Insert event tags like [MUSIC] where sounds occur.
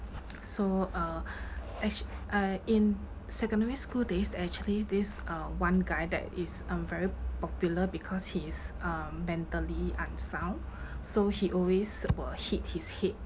so uh [BREATH] actua~ uh in secondary school days actually this uh one guy that is um very popular because he is um mentally unsound [BREATH] so he always will hit his head